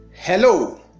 Hello